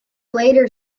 later